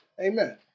Amen